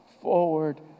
forward